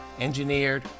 engineered